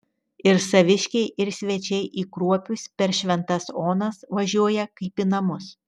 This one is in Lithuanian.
ir saviškiai ir svečiai į kruopius per šventas onas važiuoja kaip į namus